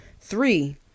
Three